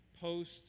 post